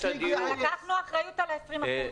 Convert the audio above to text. לקחנו אקראית את ה-20 אחוזים.